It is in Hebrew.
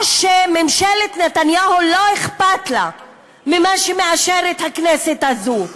או שממשלת נתניהו לא אכפת לה ממה שמאשרת הכנסת הזו?